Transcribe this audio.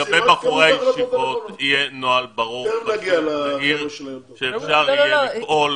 בחורי הישיבות יהיה נוהל ברור שאפשר יהיה לפעול